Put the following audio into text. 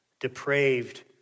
depraved